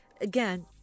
Again